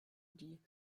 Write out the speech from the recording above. die